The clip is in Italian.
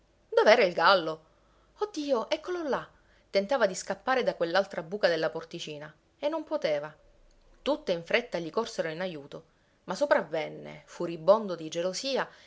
dov'era il gallo oh dio eccolo là tentava di scappare da quell'altra buca della porticina e non poteva tutte in fretta gli corsero in ajuto ma sopravvenne furibondo di gelosia